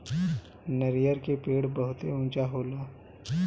नरियर के पेड़ बहुते ऊँचा होला